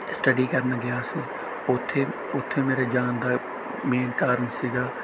study ਕਰਨ ਗਿਆ ਸੀ ਉੱਥੇ ਉੱਥੇ ਮੇਰੇ ਜਾਣ ਦਾ ਮੇਨ ਕਾਰਣ ਸੀਗਾ